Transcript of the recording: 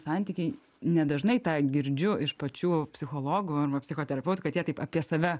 santykiai nedažnai tą girdžiu iš pačių psichologų arba psichoterapeutų kad jie taip apie save